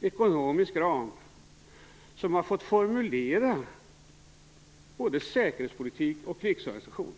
ekonomisk ram som har fått formulera både säkerhetspolitik och krigsorganisation.